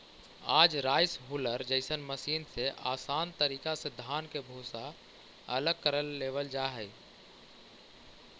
आज rice huller जइसन machine से आसान तरीका से धान के भूसा अलग कर लेवल जा हई